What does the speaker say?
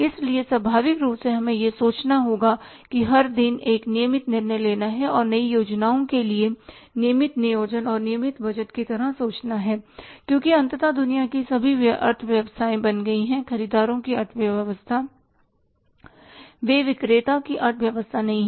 इसलिए स्वाभाविक रूप से हमें यह सोचना होगा कि हर दिन एक नियमित निर्णय लेना है और नई योजनाओं के लिए नियमित नियोजन और नियमित बजट की तरह सोचना है क्योंकि अंततः दुनिया की सभी अर्थव्यवस्थाएं बन गई हैं खरीदारों की अर्थव्यवस्था वे विक्रेता की अर्थव्यवस्था नहीं हैं